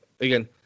again